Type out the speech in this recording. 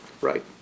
right